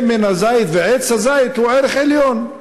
שמן הזית ועץ הזית הם ערך עליון.